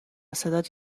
صدات